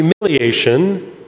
humiliation